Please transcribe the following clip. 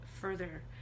further